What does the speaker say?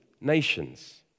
nations